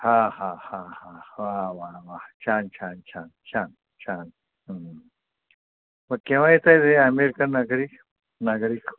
हा हा हा हा वा वा वा छान छान छान छान छान मग केव्हा येता आहेत हे अमेरिकन नागरिक नागरिक